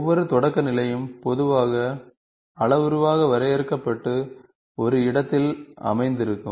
ஒவ்வொரு தொடக்க நிலையும் பொதுவாக அளவுருவாக வரையறுக்கப்பட்டு ஒரு இடத்தில் அமைந்திருக்கும்